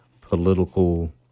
political